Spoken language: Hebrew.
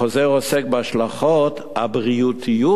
החוזר עוסק בהשלכות הבריאותיות